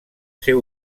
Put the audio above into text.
ser